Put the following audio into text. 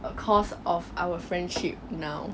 cause of our friendship now